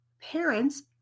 parents